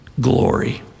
glory